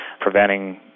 preventing